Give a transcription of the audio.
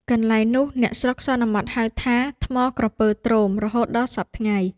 កន្លែងនោះ អ្នកស្រុកសន្មតហៅថា ថ្មក្រពើទ្រោម រហូតដល់សព្វថ្ងៃ ។